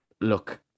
look